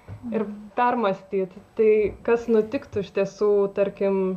ir permąstyt tai kas nutiktų iš tiesų tarkim